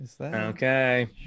Okay